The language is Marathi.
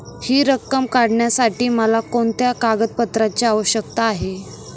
हि रक्कम काढण्यासाठी मला कोणत्या कागदपत्रांची आवश्यकता आहे?